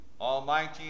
Almighty